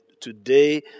today